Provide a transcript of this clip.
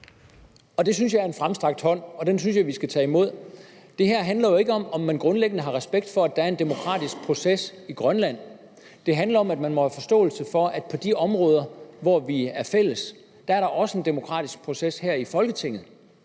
Det synes jeg er en fremstrakt hånd, og den synes jeg vi skal tage imod. Det her handler jo ikke om, om man grundlæggende har respekt for, at der er en demokratisk proces i Grønland. Det handler om, at man må have forståelse for, at på de områder, hvor vi er fælles, er der også en demokratisk proces her i Folketinget,